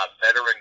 veteran